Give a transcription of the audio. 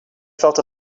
felt